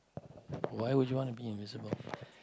why would you want to be invisible